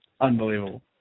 unbelievable